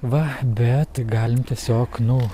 va bet galim tiesiog nu